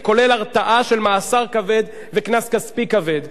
זה כולל הרתעה של מאסר כבד וקנס כספי כבד.